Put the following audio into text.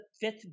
fifth